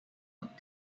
out